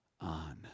on